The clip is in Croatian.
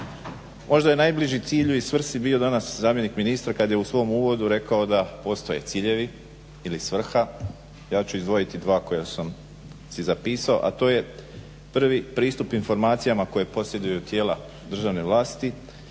Možda je najbliži cilju i svrsi bio danas zamjenik ministra kad je u svom uvodu rekao da postoje ciljevi ili svrha. Ja ću izdvojiti dva koja sam si zapisao, a to je prvi pristup informacijama koje posjeduju tijela državne vlasti